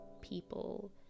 people